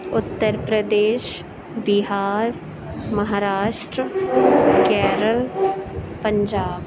Uttar Pradesh Bihar Maharashtra Kerala Punjab